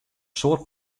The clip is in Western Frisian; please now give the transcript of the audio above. soad